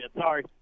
Sorry